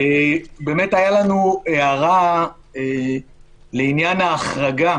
באמת הייתה לנו הערה לעניין ההחרגה